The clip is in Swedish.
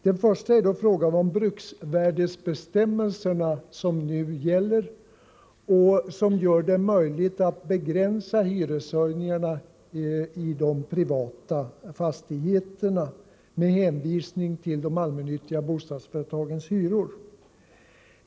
Den första frågan gäller de bruksvärdesbestämmelser som nu gäller och som gör det möjligt att begränsa hyreshöjningarna i de privata fastigheterna med hänvisning till de allmännyttiga bostadsföretagens hyror.